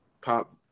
pop